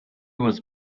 was